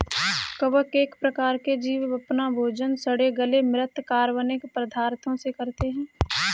कवक एक प्रकार के जीव अपना भोजन सड़े गले म्रृत कार्बनिक पदार्थों से प्राप्त करते हैं